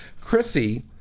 Chrissy